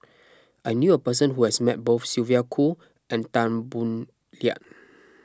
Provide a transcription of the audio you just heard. I knew a person who has met both Sylvia Kho and Tan Boo Liat